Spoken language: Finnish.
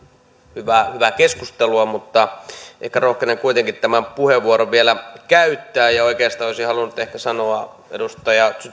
hyvää hyvää keskustelua mutta ehkä rohkenen kuitenkin tämän puheenvuoron vielä käyttää oikeastaan olisin halunnut ehkä sanoa edustaja